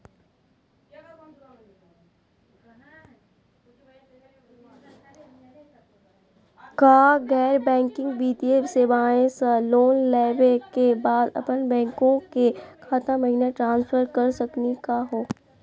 का गैर बैंकिंग वित्तीय सेवाएं स लोन लेवै के बाद अपन बैंको के खाता महिना ट्रांसफर कर सकनी का हो?